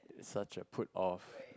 such a put off